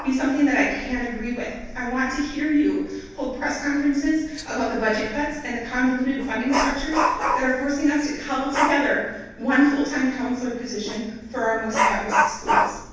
be something that i can agree with. i want to hear you hold press conferences about the budget cuts and the convoluted funding structures that are forcing us to huddle together one full-time counselor position for our most at-risk schools.